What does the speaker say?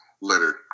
later